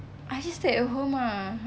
I just stay at home ah